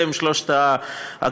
אלה שלוש ההגדרות.